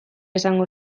esango